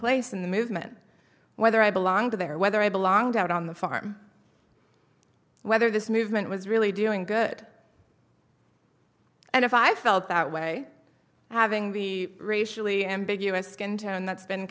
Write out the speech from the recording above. place in the movement whether i belong to there or whether i belonged out on the farm whether this movement was really doing good and if i felt that way having the racially ambiguous skin tone that's been